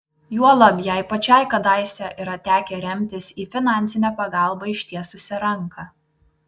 juolab jai pačiai kadaise yra tekę remtis į finansinę pagalbą ištiesusią ranką